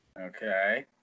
Okay